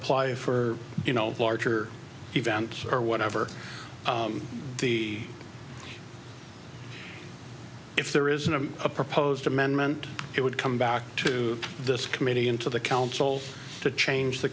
apply for you know larger event or whatever the if there isn't a proposed amendment it would come back to this committee into the council to change the